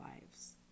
lives